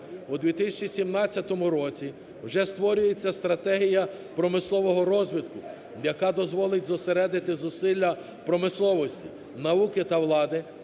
У 2017 році вже створюється стратегія промислового розвитку, яка дозволить зосередити зусилля промисловості, науки та влади